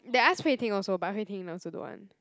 they ask Hui-Ting also but Hui-Ting also don't want